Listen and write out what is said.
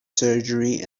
surgery